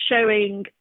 showing